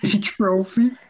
trophy